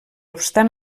obstant